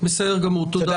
תודה